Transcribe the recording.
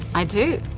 i do,